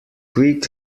quick